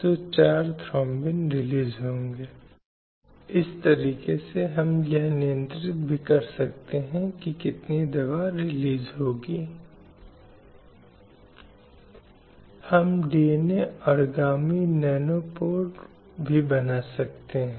जिससे उस निर्धारित आयु से नीचे के किसी भी बच्चे को परिवार द्वारा शादी में नहीं दिया जा सकता है